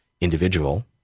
individual